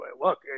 look